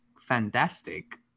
fantastic